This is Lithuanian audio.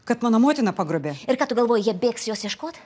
kad mano motiną pagrobė ir ką tu galvoji jie bėgs jos ieškot